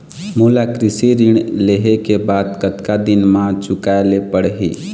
मोला कृषि ऋण लेहे के बाद कतका दिन मा चुकाए ले पड़ही?